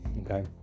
okay